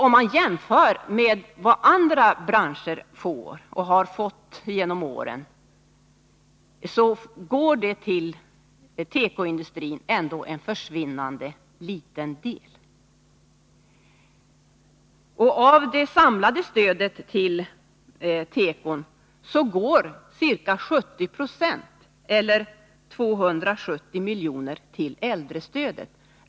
Om man jämför med vad andra branscher får och har fått genom åren, går ändå en försvinnande liten del till tekoindustrin. Av det samlade stödet till tekoindustrin går ca 70 90, eller 270 milj.kr., till äldrestödet.